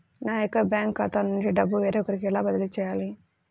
నా యొక్క బ్యాంకు ఖాతా నుండి డబ్బు వేరొకరికి ఎలా బదిలీ చేయాలి?